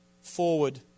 forward